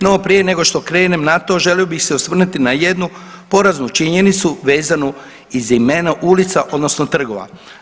No, prije nego što krenem na to želio bih se osvrnuti na jednu poraznu činjenicu vezano iz imena ulica odnosno trgova.